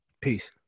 Peace